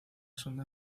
sonda